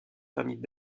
familles